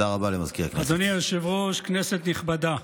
אדוני היושב-ראש, כנסת נכבדה,